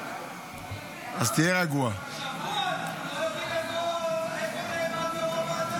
שבוע אנחנו לא יודעים איפה נעלם יו"ר הוועדה.